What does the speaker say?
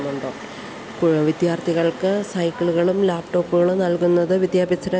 വിദ്യാർത്ഥികൾക്ക് സൈക്കിളുകളും ലാപ്ടോപ്പുകളും നൽകുന്നതു വിദ്യാഭ്യാസരംഗത്തു